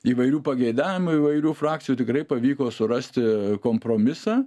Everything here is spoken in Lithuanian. įvairių pageidavimų įvairių frakcijų tikrai pavyko surasti kompromisą